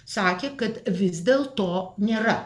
sakė kad vis dėl to nėra